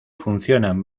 funcionan